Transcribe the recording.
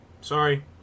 Sorry